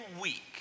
week